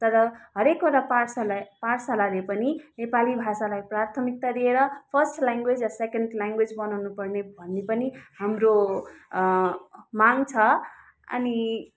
तर हरेकवटा पाठशाला पाठशालाले पनि नेपाली भाषालाई प्राथमिकता दिएर फर्स्ट ल्याङ्ग्वेज या सेकेन्ड ल्याङ्ग्वेज बनाउनु पर्ने भन्ने पनि हाम्रो माग छ अनि